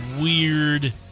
weird